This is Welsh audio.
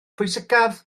pwysicaf